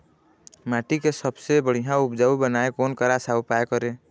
माटी के सबसे बढ़िया उपजाऊ बनाए कोन सा उपाय करें?